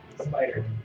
Spider